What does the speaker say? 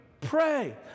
pray